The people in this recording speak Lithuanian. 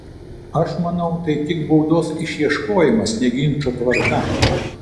aš manau tai tik baudos išieškojimas ne ginčo tvarka